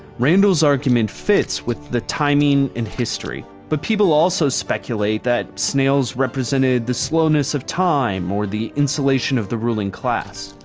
randall's argument fits with the timing and history. but people also speculate that snails represented the slowness of time, or the insulation of the ruling class.